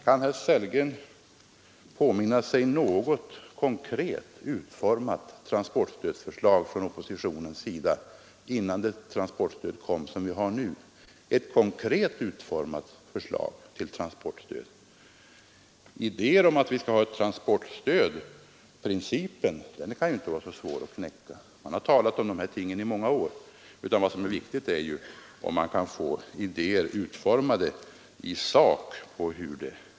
Kan herr Sellgren påminna sig något konkret utformat transportstödsförslag från oppositionens sida, innan det transportstöd kom som vi nu har? Det kan ju inte vara så svårt att föra fram idéer om att vi skall ha ett transportstöd och att knäcka själva principfrågan — man har talat om dessa ting i många år. Det viktiga är om man kan få idéer utformade i sak.